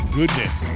goodness